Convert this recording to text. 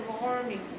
morning